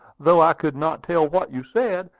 though i could not tell what you said,